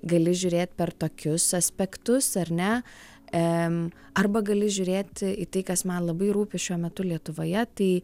gali žiūrėt per tokius aspektus ar ne em arba gali žiūrėti į tai kas man labai rūpi šiuo metu lietuvoje tai